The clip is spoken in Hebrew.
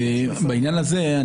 בעניין הזה,